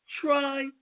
Try